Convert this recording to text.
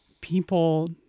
people